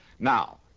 Now